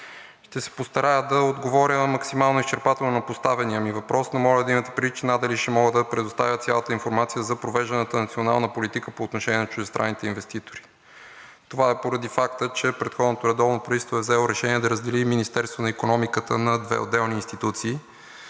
Ще се постарая да отговоря максимално изчерпателно на поставения ми въпрос, но моля да имате предвид, че надали ще мога да предоставя цялата информация за провеждането на националната политика по отношение на чуждестранните инвеститори. Това е поради факта, че предходното редовно правителство е взело решение да раздели Министерството на икономиката на две отделни институции.